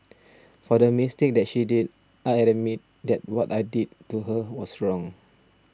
for the mistake that she did I admit that what I did to her was wrong